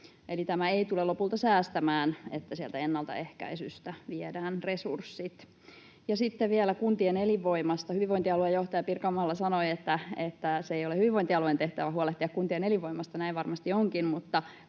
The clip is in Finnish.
tämä ei tule lopulta säästämään, että sieltä ennaltaehkäisystä viedään resurssit. Sitten vielä kuntien elinvoimasta: Hyvinvointialueen johtaja Pirkanmaalla sanoi, että ei ole hyvinvointialueen tehtävä huolehtia kuntien elinvoimasta. Näin varmasti onkin,